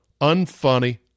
Unfunny